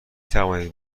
توانید